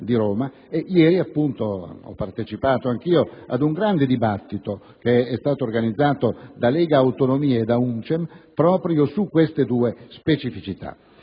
ieri ho partecipato anch'io ad un grande dibattito organizzato da Legautonomie e da UNCEM proprio su queste due specificità.